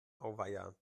auweia